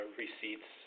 receipts